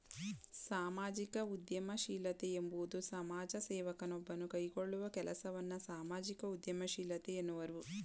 ಸಾಮಾಜಿಕ ಉದ್ಯಮಶೀಲತೆ ಎಂಬುವುದು ಸಮಾಜ ಸೇವಕ ನೊಬ್ಬನು ಕೈಗೊಳ್ಳುವ ಕೆಲಸವನ್ನ ಸಾಮಾಜಿಕ ಉದ್ಯಮಶೀಲತೆ ಎನ್ನುವರು